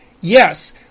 Yes